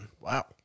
Wow